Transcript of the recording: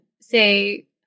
say